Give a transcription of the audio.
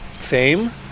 fame